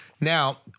Now